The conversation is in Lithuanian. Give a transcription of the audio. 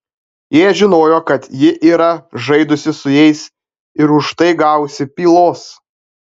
jie žinojo kad ji yra žaidusi su jais ir už tai gavusi pylos